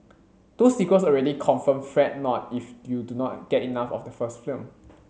two sequels already confirmed Fret not if you do not get enough of the first film